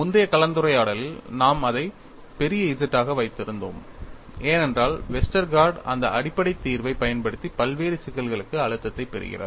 முந்தைய கலந்துரையாடலில் நாம் அதை பெரிய Z ஆக வைத்திருந்தோம் ஏனென்றால் வெஸ்டர்கார்ட் அந்த அடிப்படை தீர்வைப் பயன்படுத்தி பல்வேறு சிக்கல்களுக்கு அழுத்தத்தைப் பெறுகிறார்